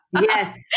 Yes